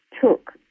took